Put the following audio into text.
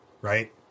right